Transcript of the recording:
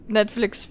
Netflix